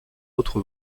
autre